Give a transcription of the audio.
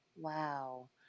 Wow